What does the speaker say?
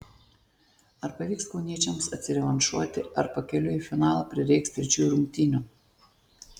ar pavyks kauniečiams atsirevanšuoti ar pakeliui į finalą prireiks trečiųjų rungtynių